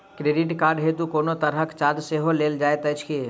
Credit card हेतु कोनो तरहक चार्ज सेहो लेल जाइत अछि की?